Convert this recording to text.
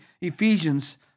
Ephesians